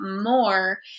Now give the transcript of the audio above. more